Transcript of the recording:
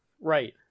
Right